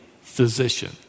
physician